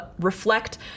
reflect